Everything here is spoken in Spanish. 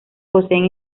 poseen